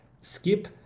skip